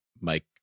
Mike